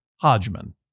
hodgman